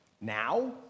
Now